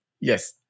Yes